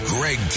Greg